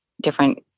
different